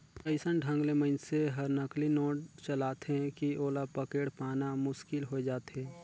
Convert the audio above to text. अइसन ढंग ले मइनसे हर नकली नोट चलाथे कि ओला पकेड़ पाना मुसकिल होए जाथे